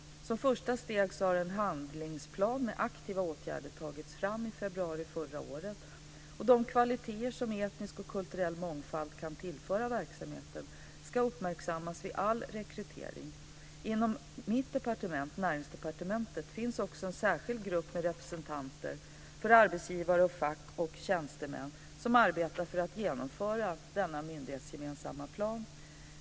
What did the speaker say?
Som första steg har en handlingsplan med aktiva åtgärder tagits fram i februari förra året. De kvaliteter som etnisk och kulturell mångfald kan tillföra verksamheten ska uppmärksammas vid all rekrytering. Inom mitt departement, Näringsdepartementet, finns också en särskild grupp med representanter för arbetsgivare och fack samt tjänstemän, som arbetar för att genomföra denna myndighetsgemensamma plan.